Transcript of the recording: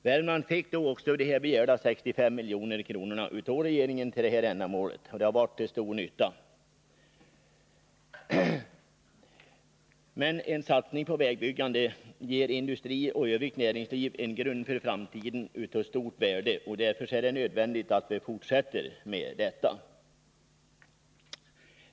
Värmland fick begärda 65 milj.kr. av regeringen till detta ändamål, och det har varit till stor nytta. En satsning på vägbyggande ger industri och övrigt näringsliv en grund för framtiden av stort värde, och därför är det nödvändigt att vi fortsätter med detta.